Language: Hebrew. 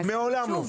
מעולם לא.